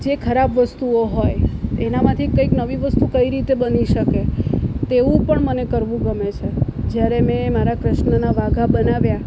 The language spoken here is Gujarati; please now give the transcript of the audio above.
જે ખરાબ વસ્તુઓ હોય એનામાંથી કંઈક નવી વસ્તુ કઈ રીતે બની શકે તેવું પણ મને કરવું ગમે છે જ્યારે મેં મારા કૃષ્ણના વાગા બનાવ્યા